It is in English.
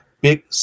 Big